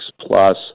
plus